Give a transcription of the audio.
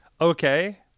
Okay